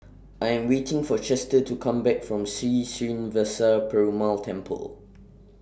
I Am waiting For Chester to Come Back from Sri Srinivasa Perumal Temple